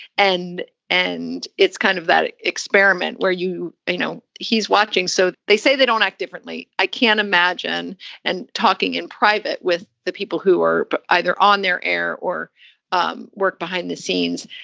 and and it's kind of that experiment where, you know, he's watching. so they say they don't act differently. i can't imagine and talking in private with the people who are either on their air or um work behind the scenes,